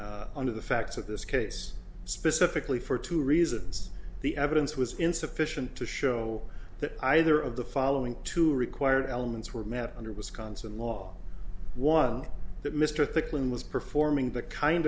employment under the facts of this case specifically for two reasons the evidence was insufficient to show that either of the following two required elements were met under wisconsin law was that mr thickly was performing the kind